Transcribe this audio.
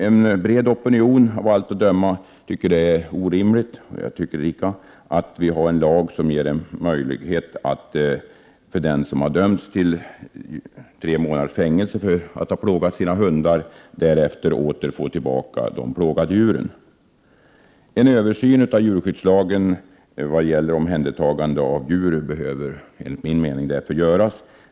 En bred opinion, och även jag, anser att det är orimligt att det finns en lag som gör det möjligt för den som har dömts till tre månaders fängelse för att ha plågat sina hundar senare får tillbaka de plågade djuren. En översyn av djurskyddslagen när det gäller omhändertagande av djur behöver därför, enligt min mening, göras.